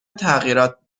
تغییرات